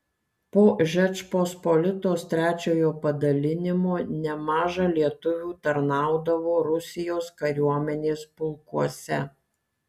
po žečpospolitos trečiojo padalinimo nemaža lietuvių tarnaudavo rusijos kariuomenės pulkuose